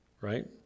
right